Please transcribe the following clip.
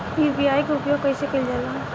UPI के उपयोग कइसे कइल जाला?